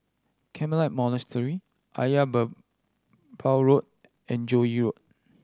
Carmelite Monastery Ayer Merbau Road and Joo Yee Road